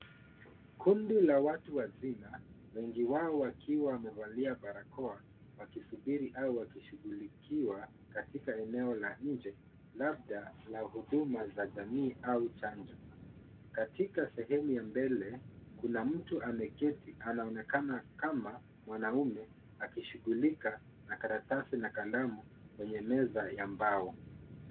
Kundi la watu wazima, wengi wao wakiwa wamevalia barakoa wakisubiri au wakishughulikiwa katika eneo la nje labda la huduma za jamii au chanjo. Katika sehemu ya mbele, kuna mtu ameketi anaonekana kama mwanaume akishughulika na karatasi na kalamu kwenye meza ya mbao.